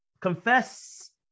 Confess